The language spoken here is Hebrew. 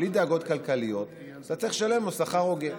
בלי דאגות כלכליות, אז אתה צריך לשלם לו שכר הוגן.